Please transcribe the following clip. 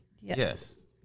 Yes